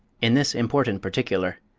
in this important particular,